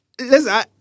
Listen